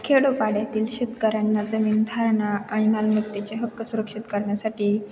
खेडोपाड्यातील शेतकऱ्यांना जमीनधारणा आणि मालमत्तेचे हक्क सुरक्षित करण्यासाठी